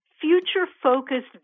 future-focused